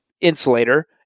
insulator